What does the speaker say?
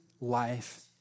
life